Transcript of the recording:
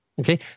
Okay